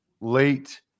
late